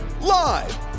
Live